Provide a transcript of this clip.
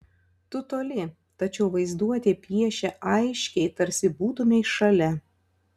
tu toli tačiau vaizduotė piešia aiškiai tarsi būtumei šalia